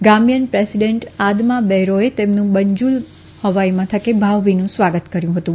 Gambian president Adama બેરોએ તેમનું Banjul હવાઈ મથકે ભાવભીનુ સ્વાગત કર્યુ હતું